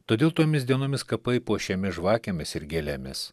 todėl tomis dienomis kapai puošiami žvakėmis ir gėlėmis